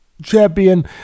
champion